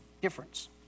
difference